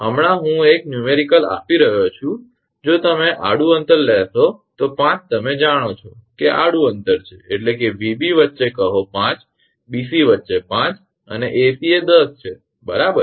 હમણાં હું એક દાખલો આપી રહ્યો છું કે જો તમે આડું અંતર લેશો તો 5 તમે જાણો છો કે આડું અંતર છે એટલે 𝑎𝑏 વચ્ચે કહો 5 𝑏𝑐 વચ્ચે 5 અને 𝑎𝑐 એ 10 છે બરાબર